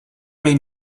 main